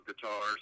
guitars